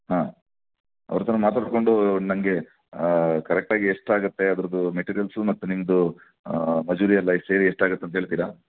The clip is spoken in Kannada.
ಹಾಂ ಅವರತ್ರ ಮಾತಾಡ್ಕೊಂಡೂ ನನಗೆ ಕರೆಕ್ಟಾಗಿ ಎಷ್ಟು ಆಗುತ್ತೆ ಅದರದ್ದು ಮೆಟೀರಿಯಲ್ಸು ಮತ್ತು ನಿಮ್ಮದು ಮಜೂರಿ ಎಲ್ಲ ಸೇರಿ ಎಷ್ಟು ಆಗುತ್ತೆ ಅಂತ ಹೇಳ್ತಿರ